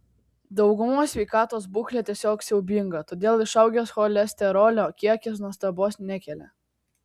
daugumos sveikatos būklė tiesiog siaubinga todėl išaugęs cholesterolio kiekis nuostabos nekelia